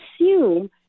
assume